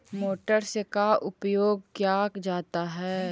Motor से का उपयोग क्या जाता है?